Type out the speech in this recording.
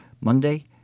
Monday